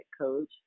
coach